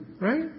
right